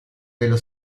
dello